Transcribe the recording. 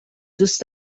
دوست